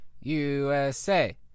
usa